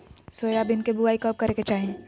Soybean के बुआई कब करे के चाहि?